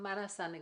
מה נעשה נגדם?